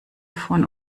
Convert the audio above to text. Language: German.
von